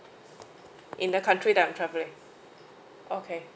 in the country that I'm travelling okay